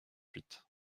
huit